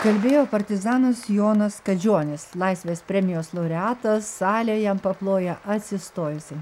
kalbėjo partizanas jonas kadžionis laisvės premijos laureatas salė jam paploja atsistojusi